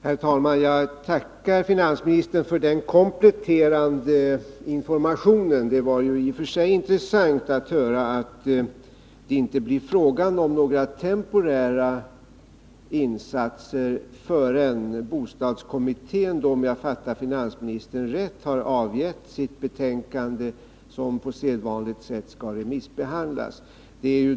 Herr talman! Jag tackar finansministern för den kompletterande informationen. Det var i och för sig intressant att höra att det inte blir fråga om några temporära insatser förrän bostadskommittén — om jag förstod finansministern rätt — har avgett sitt betänkande, som på sedvanligt sätt skall remissbehandlas.